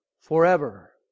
forever